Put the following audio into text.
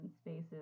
spaces